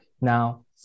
now